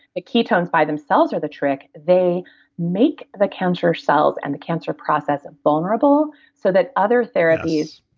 the ketones by themselves are the trick. they make the cancer cells and the cancer process ah vulnerable so that other therapies.